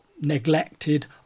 neglected